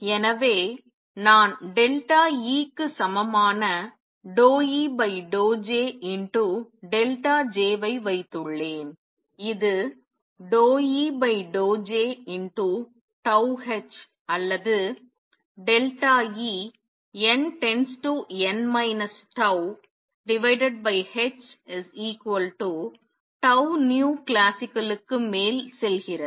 எனவே நான் E க்கு சமமான ∂E∂J J ஐ வைத்துள்ளேன் இது ∂E∂J τh அல்லது En→n τhτclasical மேல் செல்கிறது